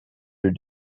your